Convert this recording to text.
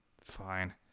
fine